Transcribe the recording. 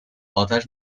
اتش